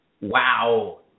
Wow